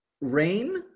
Rain